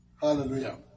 Hallelujah